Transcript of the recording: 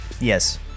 Yes